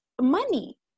money